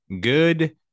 good